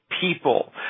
people